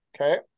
Okay